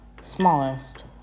Smallest